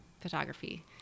photography